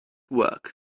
work